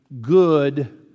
good